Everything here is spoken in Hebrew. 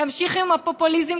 תמשיכו את הפופוליזם,